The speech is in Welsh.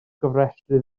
gofrestru